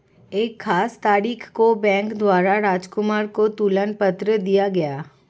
एक खास तारीख को बैंक द्वारा राजकुमार को तुलन पत्र दिया गया